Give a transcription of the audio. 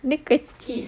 dia kecil